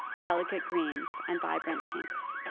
delicate greens and vibrant pinks.